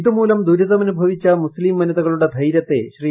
ഇതുമൂലം ദുരിതമനുഭവിച്ച മുസ്തിം വനിതകളുടെ ധൈര്യത്തെ ശ്രീ